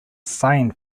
sign